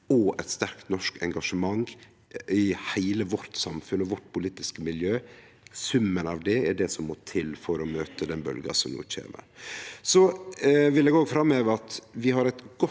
og eit sterkt norsk engasjement i heile vårt samfunn og vårt politiske miljø. Summen av det er det som må til for å møte den bølgja som no kjem. Eg vil òg framheve at vi har eit godt